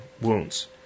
wounds